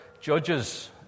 Judges